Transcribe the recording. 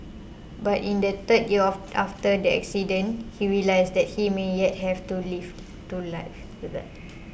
but in the third year after the accident he realised that he may yet have to life to live